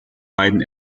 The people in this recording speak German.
beiden